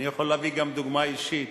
אני יכול גם להביא דוגמה אישית.